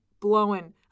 blowing